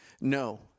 No